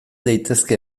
daitezke